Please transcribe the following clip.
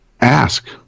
Ask